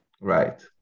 Right